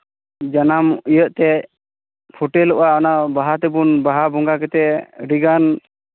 ᱡᱟᱱᱟᱢ ᱤᱭᱟᱹᱜ ᱛᱮ ᱯᱷᱳᱴᱮᱞᱚᱜᱼᱟ ᱚᱱᱟ ᱵᱟᱦᱟ ᱛᱮᱵᱚᱱ ᱵᱟᱦᱟ ᱵᱚᱸᱜᱟ ᱠᱟᱛᱮᱫ ᱟᱹᱰᱤᱜᱟᱱ